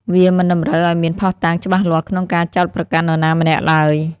វាមិនតម្រូវឱ្យមានភស្តុតាងច្បាស់លាស់ក្នុងការចោទប្រកាន់នរណាម្នាក់ឡើយ។